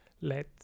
let